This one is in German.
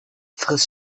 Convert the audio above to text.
friss